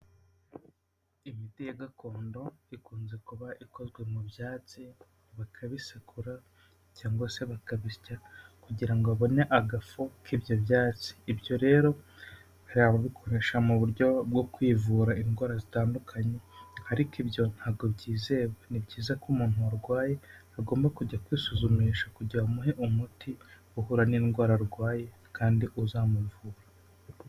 Imiti ya gakondo ikunze kuba ikozwe mu byatsi bakabisekura cyangwa se bakabisya, kugira ngo babone agafu k'ibyo byatsi. Ibyo rero babikoresha mu buryo bwo kwivura indwara zitandukanye ariko ibyo ntabwo byizewe. Ni byiza ko umuntu warwaye agomba kujya kwisuzumisha kugira bamuhe umuti uhura n'indwara arwaye kandi uzamuvura.